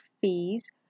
fees